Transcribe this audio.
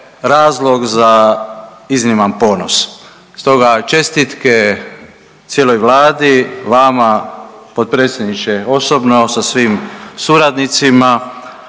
razlog za izniman ponos. Stoga čestitke cijeloj Vladi, vama potpredsjedniče osobno sa svim suradnicima,